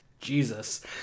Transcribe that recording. Jesus